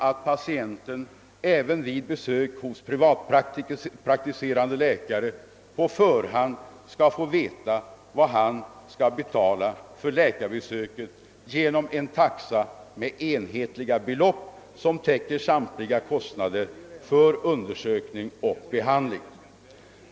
att patienten även vid besök hos privatpraktiserande läkare på förhand skall kunna veta vad han skall betala för läkarbesöket genom en taxa med enhetliga belopp som täcker samtliga kostnader för undersökning och behandling.